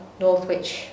Northwich